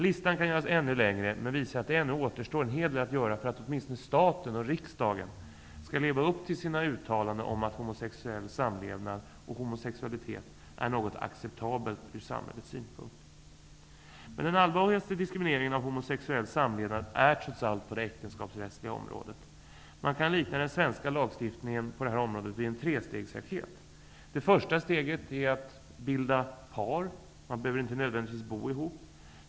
Listan kan göras ännu längre och visar att det ännu återstår en hel del att göra för att åtminstone staten och riksdagen skall leva upp till sina uttalanden om att homosexuell samlevnad och homosexualitet är något acceptabelt ur samhällets synpunkt. Den allvarligaste diskrimineringen av homosexuell samlevnad finns trots allt på det äktenskapsrättsliga området. Man kan likna den svenska lagstiftningen på det här området vid en trestegsraket. Det första steget är att bilda par. Man behöver inte nödvändigtvis bo ihop.